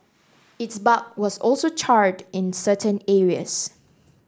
its bark was also charred in certain areas